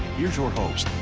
here's your host,